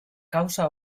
causa